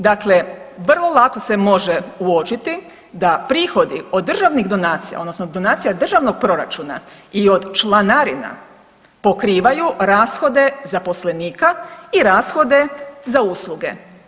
Dakle, vrlo lako se može uočiti da prihodi od državnih donacija odnosno donacija državnog proračuna i od članarina pokrivaju rashode zaposlenika i rashode za usluge.